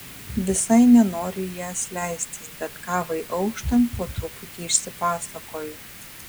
visai nenoriu į jas leistis bet kavai auštant po truputį išsipasakoju